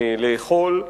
לאכול.